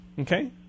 Okay